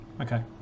Okay